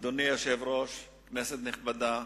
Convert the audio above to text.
אדוני היושב-ראש, כנסת נכבדה,